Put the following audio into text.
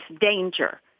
danger